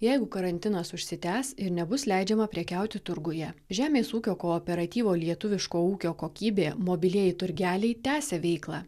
jeigu karantinas užsitęs ir nebus leidžiama prekiauti turguje žemės ūkio kooperatyvo lietuviško ūkio kokybė mobilieji turgeliai tęsia veiklą